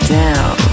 down